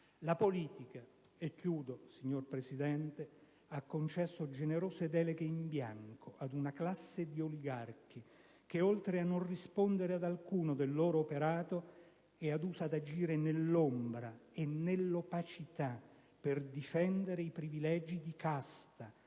la politica ha concesso generose deleghe in bianco a una classe di oligarchi che, oltre a non rispondere ad alcuno del proprio operato, è adusa ad agire nell'ombra e nell'opacità per difendere privilegi di casta,